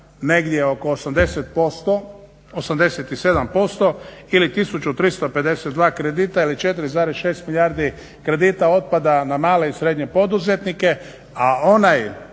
negdje oko 80%, 87% ili 1352 kredita ili 4,6 milijardi kredita otpada na male i srednje poduzetnike, a onaj